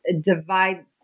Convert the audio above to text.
divide